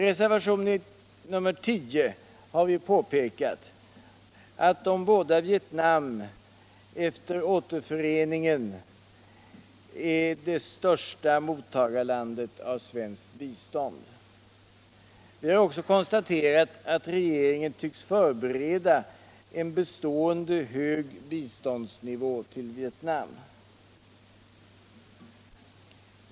[ reservation nr 10 har vi påpekat att de båda Victnam efter återföreningen är den största mottagaren av svenskt bistånd. Vi har också konstaterat att regeringen tycks förbereda en bestående hög nivå på biståndet ull Vietnam.